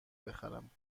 بخرم